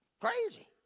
crazy